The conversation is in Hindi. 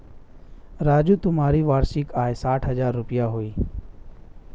राजू तुम्हारी वार्षिक आय साठ हज़ार रूपय हुई